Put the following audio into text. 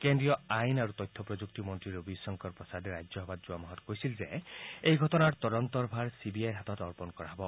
কেন্দ্ৰীয় আয় আৰু তথ্য প্ৰযুক্তি মন্ত্ৰী ৰবি শংকৰ প্ৰসাদে ৰাজ্য সভাত যোৱা মাহত কৈছিল যে এই ঘটনাৰ তদন্তৰ ভাৰ চি বি আইৰ হাতত অৰ্পণ কৰা হ'ব